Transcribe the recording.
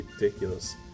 ridiculous